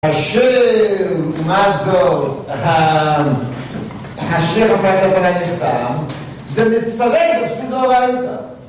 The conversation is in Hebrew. אשר, מה זאת, (?) הופך לפני בכתב, זה מסרב, אפילו לא ראית